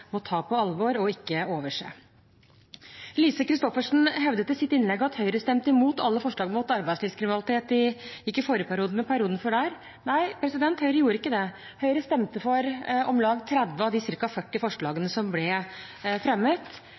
må ta på alvor og ikke overse. Lise Christoffersen hevdet i sitt innlegg at Høyre stemte imot alle forslag mot arbeidslivskriminalitet ikke i forrige periode, men i perioden før der. Nei, Høyre gjorde ikke det. Høyre stemte for om lag 30 av de ca. 40 forslagene som ble fremmet.